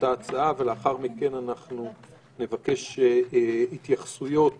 ולאחר מכן נבקש התייחסויות